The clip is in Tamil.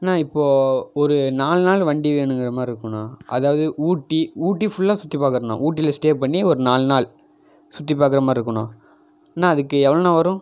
அண்ணா இப்போது ஒரு நாலு நாள் வண்டி வேணுங்கிறமாதிரி இருக்கும்ண்ணா அதாவது ஊட்டி ஊட்டி ஃபுல்லாக சுற்றி பார்க்குறண்ணா ஊட்டியில ஸ்டே பண்ணி ஒரு நாலு நாள் சுற்றி பார்க்குற மாதிரி இருக்குண்ணா அண்ணா அதுக்கு எவ்வளோண்ணா வரும்